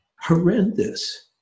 horrendous